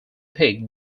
pig